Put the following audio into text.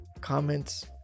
comments